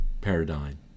paradigm